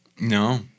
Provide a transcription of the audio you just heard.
No